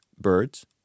birds